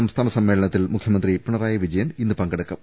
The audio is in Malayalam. സംസ്ഥാന സമ്മേളനത്തിൽ മുഖ്യമന്ത്രി പിണറായി വിജയൻ ഇന്നു പങ്കെടുക്കും